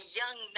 young